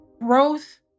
growth